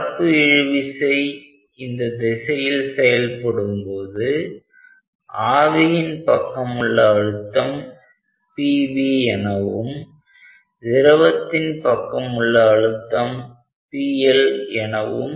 பரப்பு இழுவிசை இந்த திசையில் செயல்படும்போது ஆவியின் பக்கமுள்ள அழுத்தம் pV எனவும் திரவத்தின் பக்கம் உள்ள அழுத்தம் pL எனவும்